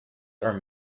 are